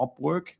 Upwork